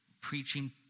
preaching